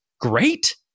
great